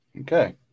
Okay